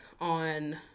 on